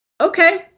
Okay